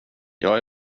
jag